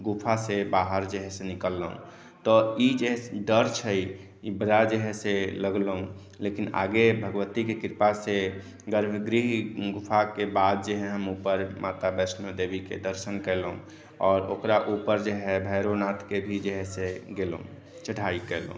गुफासँ जे हइ बाहर जे हइ से निकललहुँ तऽ ई जे डर छै जे हइ से लगलहुँ लेकिन आगे भगवतीके कृपा से गर्भगृह गुफाके बाद जे हइ हम ऊपर माता वैष्णोदेवीके दर्शन कयलहुँ आओर ओकरा ऊपर जे हइ भैरवनाथके भी जे हइ से गेलहुँ चढ़ाइ कयलहुँ